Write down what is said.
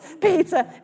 Peter